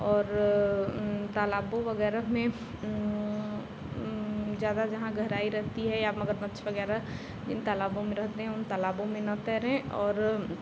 और तालाबों वगैरह में ज़्यादा जहाँ गहराई रहती है या मगरमच्छ वगैरह इन तालाबों में रहते हैं उन तालाबों में न तैरें और